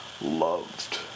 loved